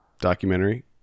Documentary